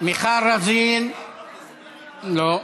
מיכל רוזין, לא,